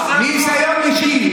מניסיון אישי.